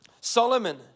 Solomon